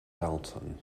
dalton